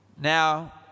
Now